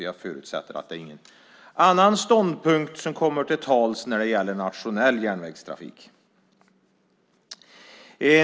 Jag förutsätter alltså att ingen annan ståndpunkt kommer till tals när det gäller den nationella järnvägstrafiken.